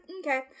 okay